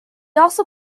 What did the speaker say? also